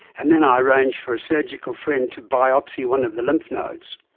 and then i arranged for a surgical friend to biopsy one of the lymph nodes.